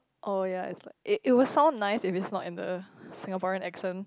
oh ya it's like it it would sound nice if it is not in the Singaporean accent